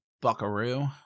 Buckaroo